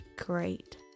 great